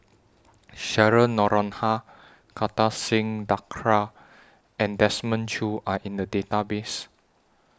Cheryl Noronha Kartar Singh Thakral and Desmond Choo Are in The Database